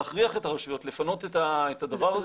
להכריח את הרשויות לפנות את הדבר הזה.